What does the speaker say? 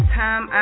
time